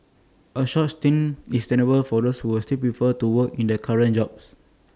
A short stint is tenable for those who still prefer to work in their current jobs